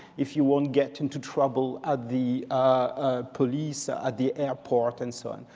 if you won't get into trouble at the ah police ah at the airport and so on.